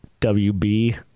WB